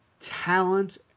talent